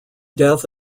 death